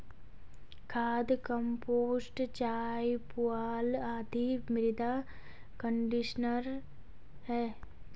खाद, कंपोस्ट चाय, पुआल आदि मृदा कंडीशनर है